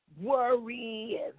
Worry